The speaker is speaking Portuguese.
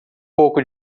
pouco